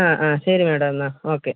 ആ ആ ശരി മേഡം എന്നാൽ ഓക്കെ